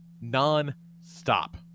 non-stop